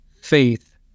faith